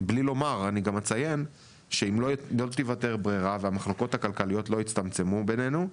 אציין שאם לא תישאר ברירה והמחלוקות הכלכליות לא יצטמצמו בינינו,